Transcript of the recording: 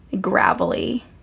gravelly